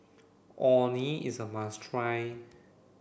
Orh Nee is a must try